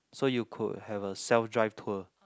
so you could have a self drive tour